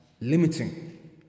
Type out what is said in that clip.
limiting